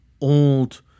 old